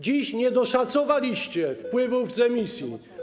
Dziś nie doszacowaliście wpływów z emisji.